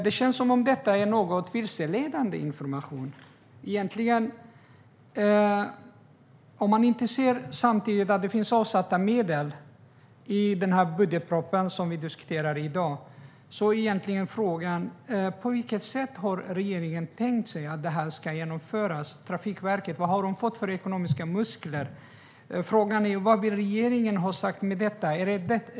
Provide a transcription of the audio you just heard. Det känns som att detta egentligen är något vilseledande information. Eftersom det inte finns medel avsatta i den budgetproposition som vi diskuterat i dag är frågan på vilket sätt regeringen har tänkt sig att det här ska genomföras. Vad har Trafikverket fått för ekonomiska muskler? Vad vill regeringen ha sagt med detta?